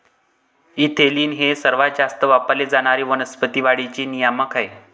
ethylene हे सर्वात जास्त वापरले जाणारे वनस्पती वाढीचे नियामक आहे